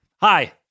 Hi